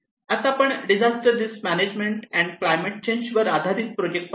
आता आपण disaster risk management and climate change वर आधारित प्रोजेक्ट पाहू